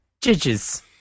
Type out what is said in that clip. Judges